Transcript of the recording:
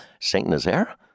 Saint-Nazaire